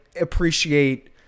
appreciate